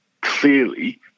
clearly